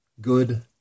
good